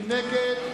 מי נגד,